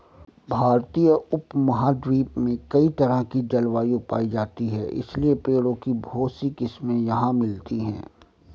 भारतीय उपमहाद्वीप में कई तरह की जलवायु पायी जाती है इसलिए पेड़ों की बहुत सी किस्मे यहाँ मिलती हैं